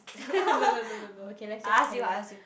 no no no no no okay let's just carry on